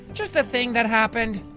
just a thing that happened.